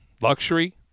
luxury